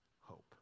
hope